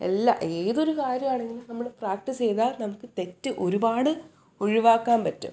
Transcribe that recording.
എല്ലാ ഏതൊരു കാര്യം ആണെങ്കിലും നമ്മൾ പ്രാക്ടീസ് ചെയ്താൽ നമുക്ക് തെറ്റ് ഒരുപാട് ഒഴിവാക്കാൻ പറ്റും